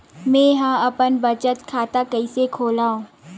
मेंहा अपन बचत खाता कइसे खोलव?